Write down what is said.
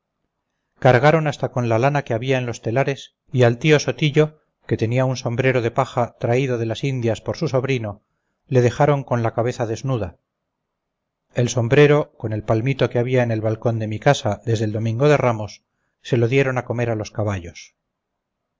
cargaron hasta con la lana que había en los telares y al tío sotillo que tenía un sombrero de paja traído de las indias por su sobrino le dejaron con la cabeza desnuda el sombrero con el palmito que había en el balcón de mi casa desde el domingo de ramos se lo dieron a comer a los caballos